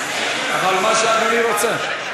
אבל מה שאדוני רוצה.